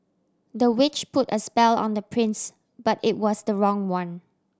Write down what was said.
the witch put a spell on the prince but it was the wrong one